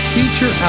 Feature